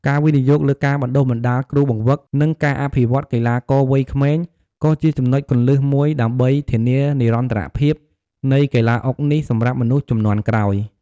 ការវិនិយោគលើការបណ្តុះបណ្តាលគ្រូបង្វឹក និងការអភិវឌ្ឍន៍កីឡាករវ័យក្មេង ក៏ជាចំណុចគន្លឹះមួយដើម្បីធានានិរន្តរភាពនៃកីឡាអុកនេះសម្រាប់មនុស្សជំនាន់ក្រោយ។